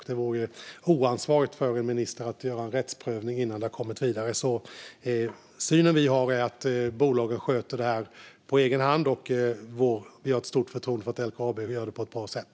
Det vore oansvarigt av en minister att göra en rättsprövning innan detta har kommit vidare. Vår syn är att bolagen sköter detta på egen hand. Vi har stort förtroende för att LKAB gör det på ett bra sätt.